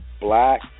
black